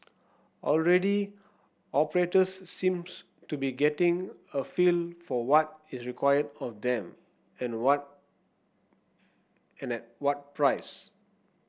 already operators seems to be getting a feel for what is required of them and what and at what price